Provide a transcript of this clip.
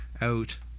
out